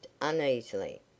uneasily